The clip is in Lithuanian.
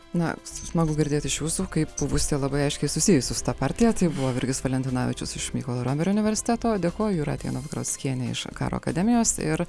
na smagu girdėti iš jūsų kaip buvusį labai aiškiai susijusį su ta partija tai buvo virgis valentinavičius iš mykolo romerio universiteto dėkoju jūratė novagrockienė iš karo akademijos ir